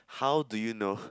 how do you know